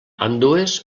ambdues